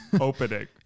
opening